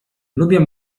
lubię